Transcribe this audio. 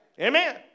Amen